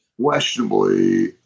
Questionably